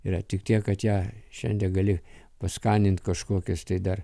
yra tik tiek kad ją šiandien gali paskanint kažkokias tai dar